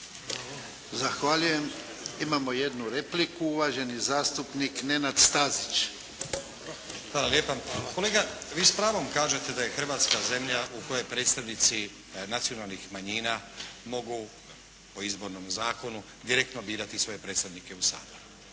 Zahvaljujem. Imamo jednu repliku, uvaženi zastupnik Nenad Stazić. **Stazić, Nenad (SDP)** Hvala lijepa. Kolega, vi s pravom kažete da je Hrvatska zemlja u kojoj predstavnici nacionalnih manjina mogu po izbornom zakonu direktno birati svoje predstavnike u Sabor.